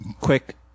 quick